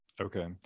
Okay